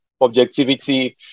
objectivity